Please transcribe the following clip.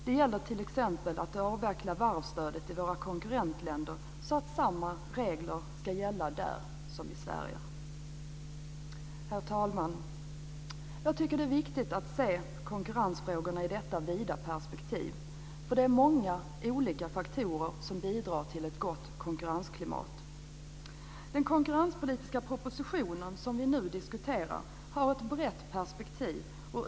Det gäller t.ex. att avveckla varvsstödet i våra konkurrentländer, så att samma regler som i Sverige ska gälla där. Herr talman! Det är viktigt att se konkurrensfrågorna i detta vida perspektiv. Det är många olika faktorer som bidrar till ett gott konkurrensklimat. Den konkurrenspolitiska propositionen som vi nu diskuterar har ett brett perspektiv.